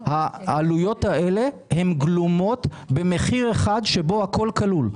העלויות האלה גלומות במחיר אחד, שבו הכול כלול.